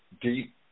deep